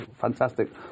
Fantastic